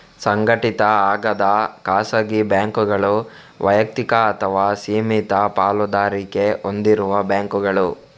ಸಂಘಟಿತ ಆಗದ ಖಾಸಗಿ ಬ್ಯಾಂಕುಗಳು ವೈಯಕ್ತಿಕ ಅಥವಾ ಸೀಮಿತ ಪಾಲುದಾರಿಕೆ ಹೊಂದಿರುವ ಬ್ಯಾಂಕುಗಳು